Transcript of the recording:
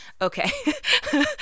Okay